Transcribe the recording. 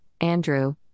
Andrew